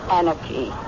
anarchy